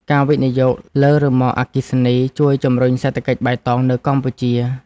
ការវិនិយោគលើរ៉ឺម៉កអគ្គិសនី ជួយជំរុញសេដ្ឋកិច្ចបៃតងនៅកម្ពុជា។